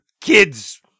kids